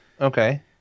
Okay